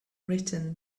written